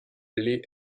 lès